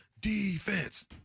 defense